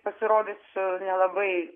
pasirodysiu nelabai